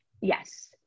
Yes